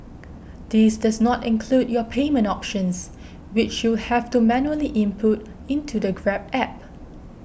this does not include your payment options which you'll have to manually input into the Grab App